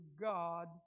God